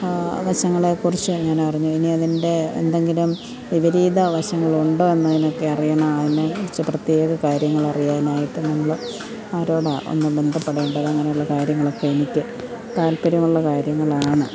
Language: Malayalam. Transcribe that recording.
വശങ്ങളെക്കുറിച്ചാണ് ഞാനറിഞ്ഞത് ഇനി അതിൻ്റെ എന്തെങ്കിലും വിപരീത വശങ്ങളുണ്ടോ എന്ന് എനിക്ക് അറിയണം അതിനെ കുറിച്ച് പ്രത്യേക കാര്യങ്ങൾ അറിയാൻ ആയിട്ട് നമ്മൾ ആരോടാണ് ഒന്നു ബന്ധപ്പെടേണ്ടത് അങ്ങനെയുള്ള കാര്യങ്ങളൊക്കെ എനിക്ക് താത്പര്യമുള്ള കാര്യങ്ങളാണ്